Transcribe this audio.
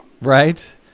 Right